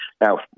Now